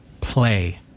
play